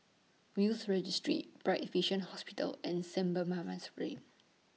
Will's Registry Bright Vision Hospital and Saint Barnabas Ray